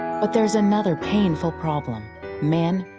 but there's another painful problem men,